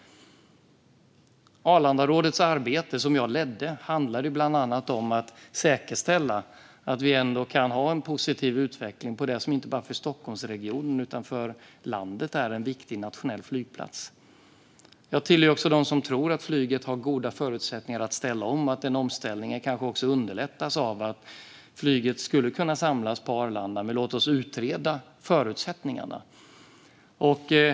Arlandarådets arbete, som jag ledde, handlade bland annat om att säkerställa att vi ändå kan ha en positiv utveckling för det som inte bara för Stockholmsregionen utan för landet är en viktig internationell flygplats. Jag hör till dem som tror att flyget har goda förutsättningar att ställa om. En omställning kanske underlättas av att flyget skulle kunna samlas på Arlanda. Låt oss utreda förutsättningarna.